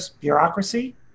bureaucracy